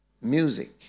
music